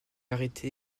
arrêté